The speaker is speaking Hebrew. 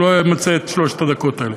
ואני אקצר ואפילו לא אמצה את שלוש הדקות האלה.